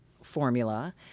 formula